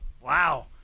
Wow